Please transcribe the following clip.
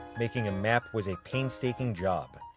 making a map was a painstaking job.